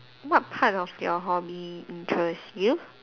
what part of your hobby interest you